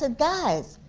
ah guys,